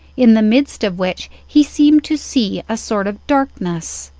in the midst of which he seemed to see a sort of darkness.